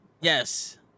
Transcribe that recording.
Yes